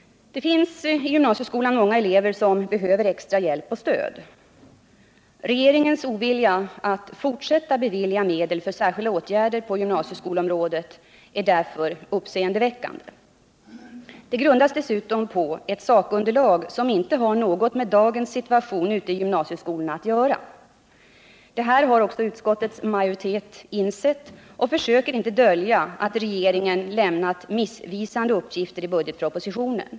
I gymnasieskolan finns många elever som behöver extra stöd och hjälp. Regeringens ovilja att fortsätta att bevilja medel för särskilda åtgärder på gymnasieskolområdet är därför uppseendeväckande. Oviljan grundas dessutom på ett sakunderlag som inte har något med dagens situation ute i gymnasieskolorna att göra. Detta har också utskottets majoritet insett och försöker inte dölja att regeringen lämnat missvisande uppgifter i budgetpropositionen.